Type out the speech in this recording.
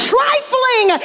Trifling